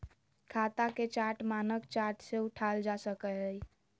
खाता के चार्ट मानक चार्ट से उठाल जा सकय हइ